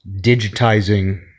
digitizing